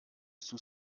sous